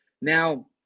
Now